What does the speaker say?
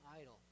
idol